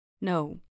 No